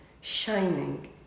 shining